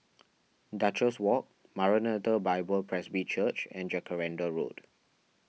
Duchess Walk Maranatha Bible Presby Church and Jacaranda Road